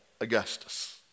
Augustus